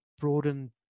broaden